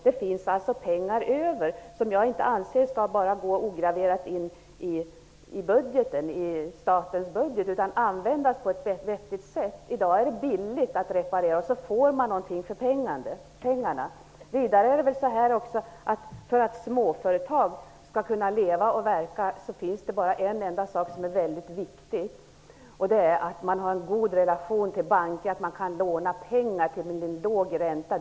Det finns ju pengar över. Jag anser att de pengarna inte ograverat skall gå in i statens budget, utan de skall användas på ett vettigt sätt. I dag är det ju billigt att reparera. Dessutom får man något för pengarna. Vidare är det väl så att det för att småföretag skall kunna fortleva och verka bara finns en enda väldigt viktig sak: att man har en god relation till banker, så att man kan låna pengar till låg ränta.